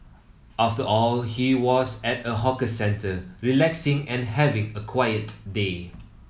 after all he was at a hawker centre relaxing and having a quiet day